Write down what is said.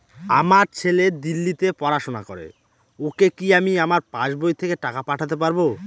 আমার ছেলে দিল্লীতে পড়াশোনা করে ওকে কি আমি আমার পাসবই থেকে টাকা পাঠাতে পারব?